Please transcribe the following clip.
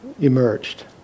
emerged